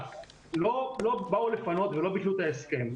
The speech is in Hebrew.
לא באו לפנות ולא ביטלו את ההסכם,